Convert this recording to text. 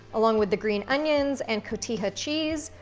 along with the green onions and cotija cheese,